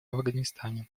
афганистане